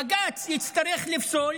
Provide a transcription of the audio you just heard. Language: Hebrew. בג"ץ יצטרך לפסול,